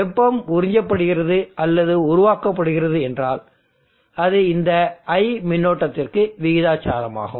வெப்பம் உறிஞ்சப்படுகிறது அல்லது உருவாக்கப்படுகிறது என்றால் அது இந்த I மின்னோட்டத்திற்கு விகிதாசாரமாகும்